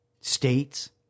states